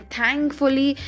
thankfully